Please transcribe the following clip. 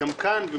של